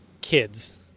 kids